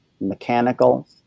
mechanical